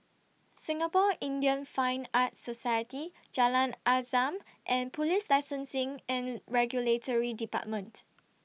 Singapore Indian Fine Arts Society Jalan Azam and Police Licensing and Regulatory department